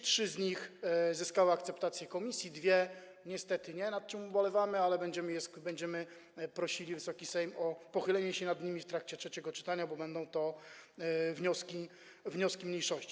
Trzy z nich zyskały akceptację komisji, a dwie niestety nie, nad czym ubolewamy, ale będziemy prosili Wysoki Sejm o pochylenie się nad nimi w trakcie trzeciego czytania, bo będą to wnioski mniejszości.